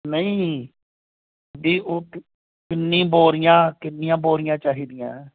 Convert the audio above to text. ਨਹੀਂ ਵੀ ਉਹ ਕਿੰਨੀ ਬੋਰੀਆਂ ਕਿੰਨੀਆਂ ਬੋਰੀਆਂ ਚਾਹੀਦੀਆਂ